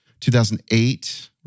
2008